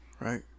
Right